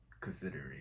considering